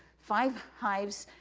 five hives,